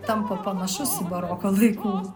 tampa panašus į baroko laikų